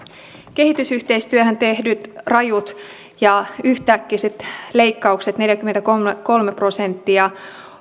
kehitysyhteistyöhön tehdyt rajut ja yhtäkkiset leikkaukset neljäkymmentäkolme prosenttia